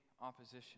opposition